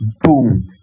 boom